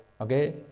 okay